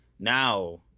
Now